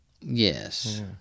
yes